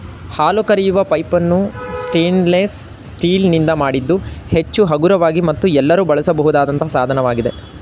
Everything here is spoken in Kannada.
ಹಾಲು ಕರೆಯುವ ಪೈಪನ್ನು ಸ್ಟೇನ್ಲೆಸ್ ಸ್ಟೀಲ್ ನಿಂದ ಮಾಡಿದ್ದು ಹೆಚ್ಚು ಹಗುರವಾಗಿ ಮತ್ತು ಎಲ್ಲರೂ ಬಳಸಬಹುದಾದಂತ ಸಾಧನವಾಗಿದೆ